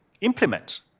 implement